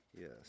Yes